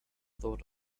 thought